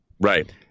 Right